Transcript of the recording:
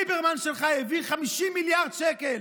ליברמן שלך העביר 50 מיליארד שקל